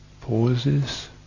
pauses